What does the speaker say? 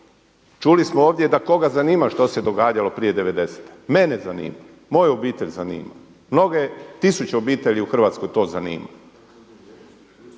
Čuli smo ovdje da koga zanima što se događalo prije '90-te, mene zanima, moju obitelj zanima, mnoge, tisuće obitelji u Hrvatskoj to zanima.